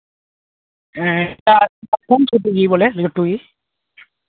ᱦᱮᱸ ᱵᱚᱞᱮ ᱞᱟᱹᱴᱩᱜᱮ